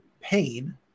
pain